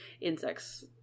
insects